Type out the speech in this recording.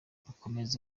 akomeza